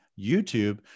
YouTube